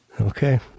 Okay